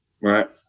right